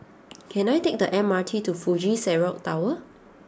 can I take the M R T to Fuji Xerox Tower